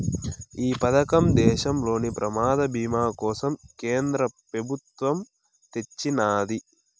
ఈ పదకం దేశంలోని ప్రమాద బీమా కోసరం కేంద్ర పెబుత్వమ్ తెచ్చిన్నాది